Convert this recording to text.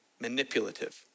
manipulative